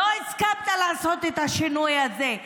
לא הסכמת לעשות את השינוי הזה,